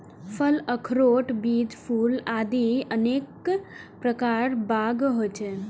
फल, अखरोट, बीज, फूल आदि अनेक प्रकार बाग होइ छै